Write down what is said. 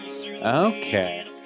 Okay